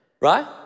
right